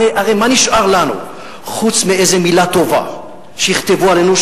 הרי מה נשאר לנו חוץ מאיזו מלה טובה שיכתבו עלינו,